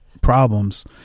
problems